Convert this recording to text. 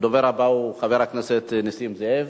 הדובר הבא הוא חבר הכנסת נסים זאב.